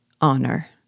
Honor